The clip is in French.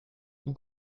vous